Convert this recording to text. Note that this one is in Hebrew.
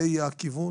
זה יהיה הכיוון,